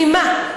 ממה?